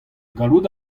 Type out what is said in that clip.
gallout